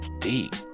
deep